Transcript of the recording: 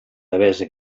devesa